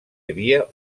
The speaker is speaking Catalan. havia